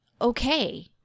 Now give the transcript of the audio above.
okay